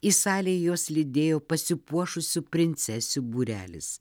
į salę juos lydėjo pasipuošusių princesių būrelis